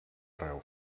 arreu